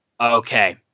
okay